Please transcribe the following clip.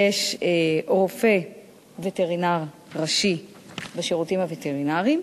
יש רופא וטרינר ראשי בשירותים הווטרינריים,